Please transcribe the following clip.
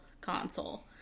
console